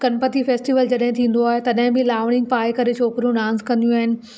Ganpati festival जॾहिं थींदो आहे तॾहिं बि लावणी पाए करे छोकिरियूं डांस कंदियूं आहिनि